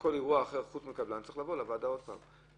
שכל אירוע אחר חוץ מקבלן צריך לבוא לוועדה עוד פעם.